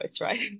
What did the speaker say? right